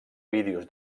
vídeos